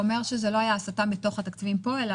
הוא אומר שזה לא הסטה מתוך התקציבים פה אלא